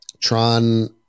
tron